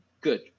good